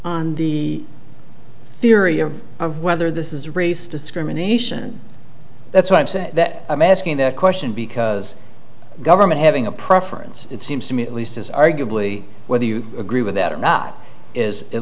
on theory of of whether this is race discrimination that's what i'm saying that i'm asking that question because government having a preference it seems to me at least is arguably whether you agree with that or not is at